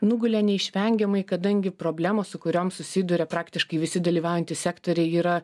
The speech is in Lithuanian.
nugulė neišvengiamai kadangi problemos su kuriom susiduria praktiškai visi dalyvaujantys sektoriai yra